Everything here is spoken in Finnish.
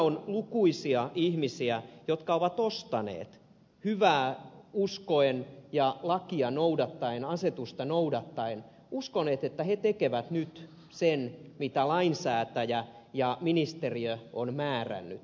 on lukuisia ihmisiä jotka ovat ja lakia ja asetusta noudattaen ostaneet hyvää uskoen että he tekevät nyt sen mitä lainsäätäjä ja ministeriö on määrännyt